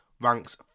ranks